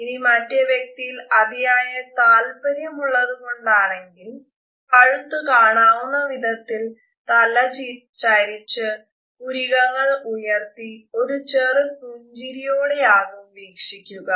ഇനി മറ്റേ വ്യക്തിയിൽ അതിയായ താല്പര്യം ഉള്ളത് കൊണ്ടാണെങ്കിൽ കഴുത്തു കാണാവുന്ന വിധത്തിൽ തല ചരിച്ചു പുരികങ്ങൾ ഉയർത്തി ഒരു ചെറുപുഞ്ചിരിയോടെയാകും വീക്ഷിക്കുക